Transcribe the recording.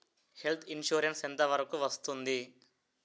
Health insurance ఎంత వరకు వస్తుంది?